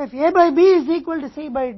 a by b c by d के बराबर है जो c plus d द्वारा a plus b के बराबर है तो यह एक बात है